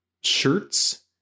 shirts